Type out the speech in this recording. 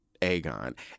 Aegon